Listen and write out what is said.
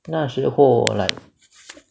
那时候 like